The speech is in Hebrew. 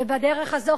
ובדרך הזאת,